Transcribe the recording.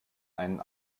einen